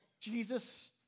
Jesus